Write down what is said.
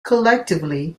collectively